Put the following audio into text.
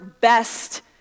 best